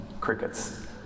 crickets